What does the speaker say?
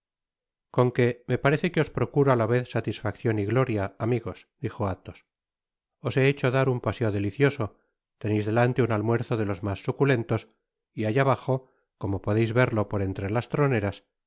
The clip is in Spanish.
con qué me parece que os procuro á la vez satisfaccion y gloria amigos dijo athos os he hecho dar un paseo delicioso teneis delante un almuerzo de los mas suculentos y allá bajo como podeis verlo por entre las troneras